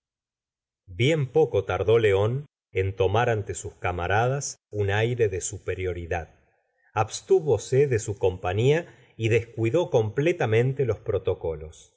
bien poco tardó león en tomar ante sus camaradas un aire de superioridad abstú vose de su com pañia y descuidó completamente los protocolos